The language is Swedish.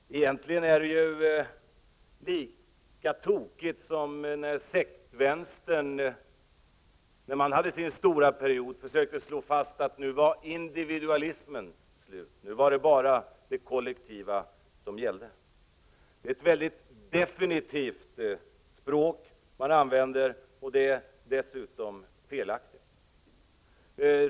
Egentligen är det ju lika tokigt som när sektvänstern under sin stora period försökte slå fast att individualismens tid var slut och att det bara var det kollektiva som gällde. Det är ett väldigt definitivt språk man använder, och det är dessutom felaktigt.